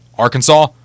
Arkansas